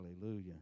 Hallelujah